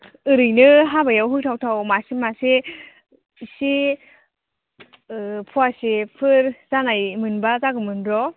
ओरैनो हाबायाव होथाव थाव मासे मासे एसे फवासेफोर जानाय मोनब्ला जागौमोन र'